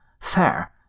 fair